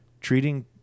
treating